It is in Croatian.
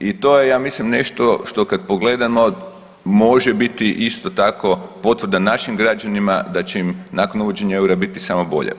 I to je ja mislim nešto što kad pogledamo može biti isto tako potvrda našim građanima da će im nakon uvođenja EUR-a biti samo bolje.